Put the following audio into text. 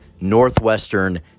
Northwestern